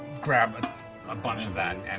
grab and a bunch of that